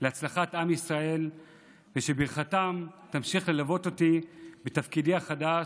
להצלחת עם ישראל ושברכתם תמשיך ללוות אותי בתפקידי החדש,